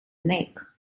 neck